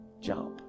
jump